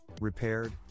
repaired